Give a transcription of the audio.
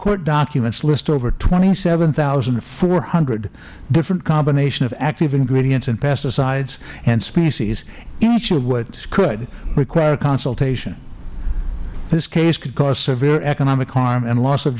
court documents list over twenty seven thousand four hundred different combinations of active ingredients in pesticides and species each of which could require consultation this case could cause severe economic harm and loss of